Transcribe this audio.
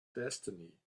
destiny